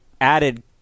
added